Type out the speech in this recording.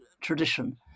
tradition